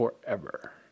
Forever